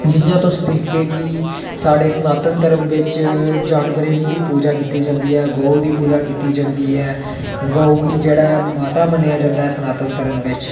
जि'यां तुस दिक्खगे की साढ़े सनातन धर्म बिच जानवरें दी बी पूजा कीती जंदी ऐ गौ दी पूजा कीती जंदी ऐ गौ गी जेह्ड़ा माता मन्नेआ जंदा ऐ सनातन धर्म बिच